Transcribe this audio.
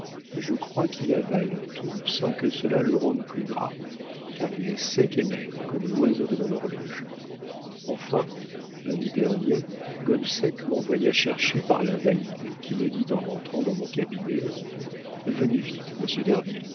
je crois qu'il avale tout sans que cela le rende plus gras car il est sec et maigre comme l'oiseau de mon horloge enfin lundi dernier gobseck m'envoya chercher par l'invalide qui me dit en entrant dans mon cabinet venez vite